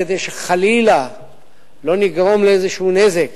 כדי שחלילה לא נגרום נזק